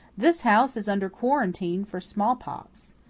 this house is under quarantine for smallpox.